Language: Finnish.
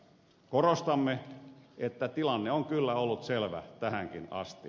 korostamme että tilanne on kyllä ollut selvä tähänkin asti